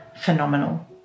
phenomenal